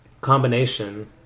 combination